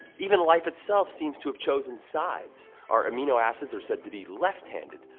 even life itself seems to have chosen sides our amino acids are said to be left-handed,